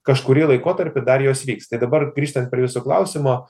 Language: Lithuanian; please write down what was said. kažkurį laikotarpį dar jos vyks tai dabar grįžtant prie jūsų klausimo